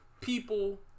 people